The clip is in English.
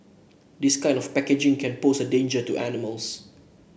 this kind of packaging can pose a danger to animals